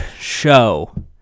show